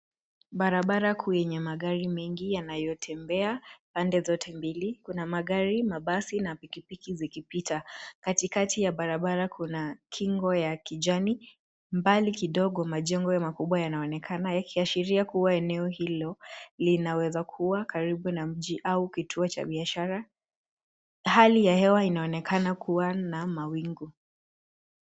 Barabara kuu yenye magari mengi yanayotembea pande zote mbili. Kuna magari, mabasi, na pikipiki zikipita. Katikati ya barabara kuna kingo ya kijani. Mbali kidogo, majengo makubwa yanaonekana yakiashiria kuwa eneo hilo, linaweza kuwa karibu na mji au kituo cha biashara. Hali ya hewa inaonekana kuwa na mawingu.